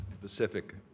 Pacific